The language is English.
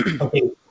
Okay